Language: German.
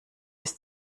bis